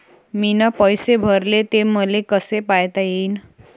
मीन पैसे भरले, ते मले कसे पायता येईन?